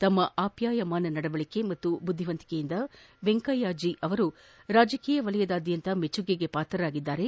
ತಮ್ಮ ಆಪ್ಯಾಯ ನಡವಳಿಕೆ ಹಾಗೂ ಬುದ್ದಿವಂತಿಕೆಯಿಂದ ವೆಂಕಯ್ಯ ಜೀ ಅವರು ರಾಜಕೀಯ ವಲಯದಾದ್ಯಂತ ಮೆಚ್ಚುಗೆಗೆ ಪಾತ್ರರಾಗಿದ್ದಾರೆ